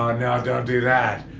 um no don't do that.